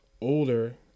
older